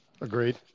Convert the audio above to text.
agreed